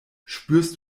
spürst